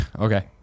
Okay